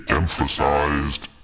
emphasized